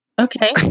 okay